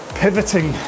pivoting